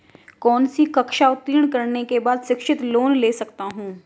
कौनसी कक्षा उत्तीर्ण करने के बाद शिक्षित लोंन ले सकता हूं?